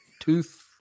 tooth